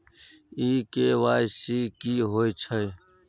इ के.वाई.सी की होय छै?